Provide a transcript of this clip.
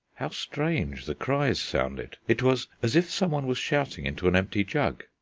how strange the cries sounded! it was as if someone was shouting into an empty jug.